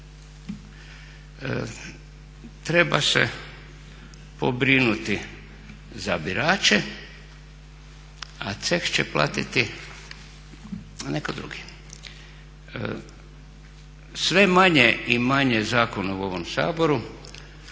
Treba se pobrinuti za birače, a ceh će platiti neko drugi. Sve manje i manje zakona u ovom Saboru